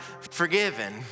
forgiven